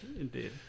Indeed